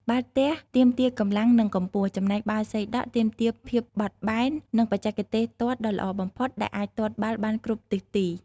បាល់ទះទាមទារកម្លាំង និងកម្ពស់ ចំណែកបាល់សីដក់ទាមទារភាពបត់បែន និងបច្ចេកទេសទាត់ដ៏ល្អបំផុតដែលអាចទាត់បាល់បានគ្រប់ទិសទី។